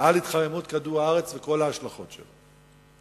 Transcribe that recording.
על התחממות כדור-הארץ וכל ההשלכות שלה.